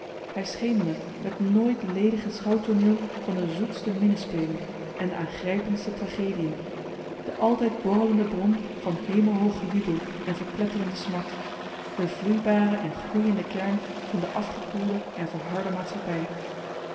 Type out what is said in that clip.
hij scheen me het nooit ledige schouwtooneel van de zoetste minnespelen en de aangrijpendste tragedieën de altijd borrelende bron van hemelhoog gejubel en verpletterende smart de vloeibare en gloeiende kern van de afgekoelde en verharde maatschappij